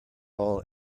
all